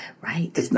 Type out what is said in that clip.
Right